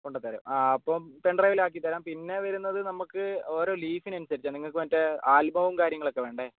കൊണ്ടുത്തരും അപ്പോൾ പെൻഡ്രൈവിൽ ആക്കി തരാം പിന്നെ വരുന്നത് നമുക്ക് ഓരോ ലീഫിന് അനുസരിച്ചാണ് നിങ്ങൾക്ക് മറ്റേ ആൽബവും കാര്യങ്ങളൊക്കെ വേണ്ടേ